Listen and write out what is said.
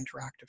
interactive